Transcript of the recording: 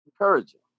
encouraging